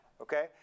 okay